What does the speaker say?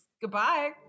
goodbye